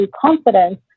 confidence